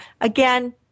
again